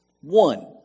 One